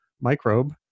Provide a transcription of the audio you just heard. microbe